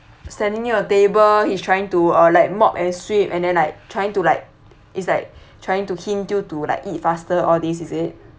standing near your table he's trying to uh like mop and sweep and then like trying to like it's like trying to hint you to like eat faster all this is it